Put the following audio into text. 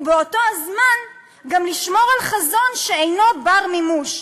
ובאותו הזמן גם לשמור על חזון שאינו בר-מימוש.